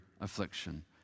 affliction